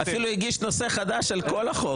עובדה, אפילו הגיש נושא חדש על כל החוק.